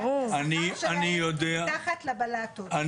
כי השכר שלהם מתחת לבלטות.